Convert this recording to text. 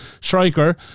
striker